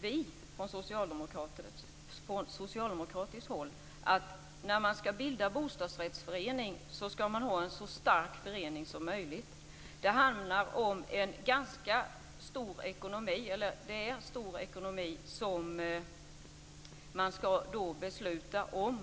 vi från socialdemokratiskt håll, att när man skall bilda bostadsrättsförening skall man ha en så stark förening som möjligt. Det är stora ekonomiska åtaganden som man skall besluta om.